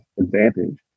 advantage